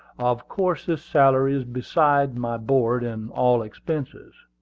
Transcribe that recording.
of course this salary is besides my board and all expenses.